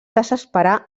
desesperar